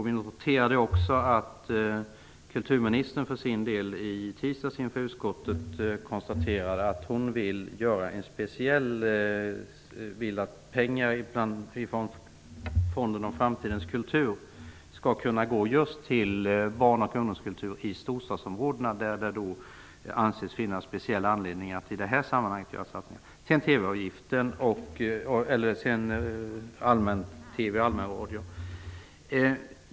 Vi noterade också att kulturministern i tisdags inför utskottet konstaterade att hon vill att pengar ifrån fonden om framtidens kultur skall kunna gå just till barn och ungdomskultur i stortstadsområdena, där det anses finnas speciell anledning att göra satsningar i det här sammanhanget. Så till frågan om allmän-TV och allmänradio.